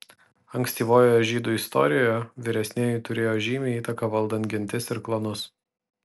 ankstyvojoje žydų istorijoje vyresnieji turėjo žymią įtaką valdant gentis ir klanus